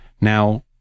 now